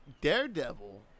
daredevil